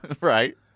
Right